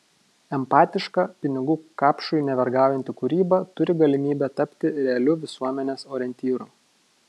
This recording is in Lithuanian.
empatiška pinigų kapšui nevergaujanti kūryba turi galimybę tapti realiu visuomenės orientyru